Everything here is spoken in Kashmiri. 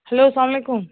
ہیٚلو اَسلامُ علیکُم